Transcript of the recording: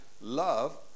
love